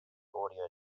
audio